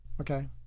okay